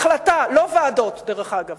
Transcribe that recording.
החלטה, לא ועדות, דרך אגב.